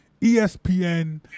ESPN